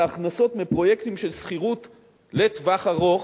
על ההכנסות מפרויקטים של שכירות לטווח ארוך,